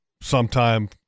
sometime